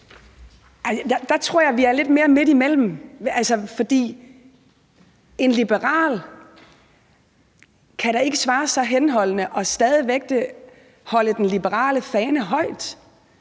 Der tror jeg, at vi er lidt mere midt imellem. En liberal kan da ikke svare så henholdende og stadig væk holde den liberale fane højt.